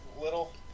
little